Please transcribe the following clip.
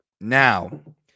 Now